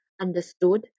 understood